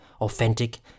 authentic